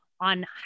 on